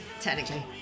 Technically